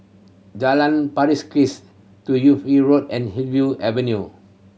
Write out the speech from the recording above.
Jalan Pari Kikis Yi Road and Hillview Avenue